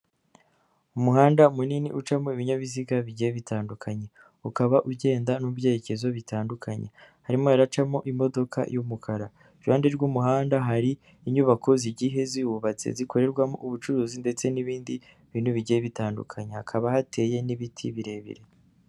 Umuhanda munini ucamo ibinyabiziga bigiye bitandukanye ukaba ugenda mu byerekezo bitandukanye, harimo hacamo imodoka y'umukara ruhande rw'umuhanda hari inyubako zigihe ziwubatse zikorerwamo ubucuruzi, ndetse n'ibindi bintu bigiye bitandukanye hakaba hateye n'ibiti birebire.